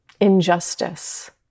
injustice